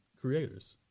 creators